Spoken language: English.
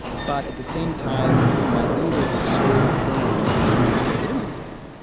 but at the same time, maduro's sole claim to legitimacy,